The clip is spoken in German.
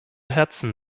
herzen